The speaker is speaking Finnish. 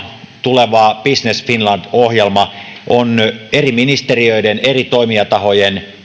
tuleva business finland ohjelma on eri ministeriöiden eri toimijatahojen